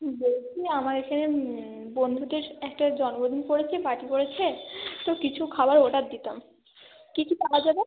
বলছি আমার এখানে বন্ধুদের একটা জন্মদিন পড়েছে পার্টি পড়েছে তো কিছু খাবার অর্ডার দিতাম কী কী পাওয়া যাবে